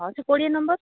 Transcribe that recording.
ହଁ ସେଇ କୋଡ଼ିଏ ନମ୍ବର୍